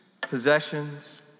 possessions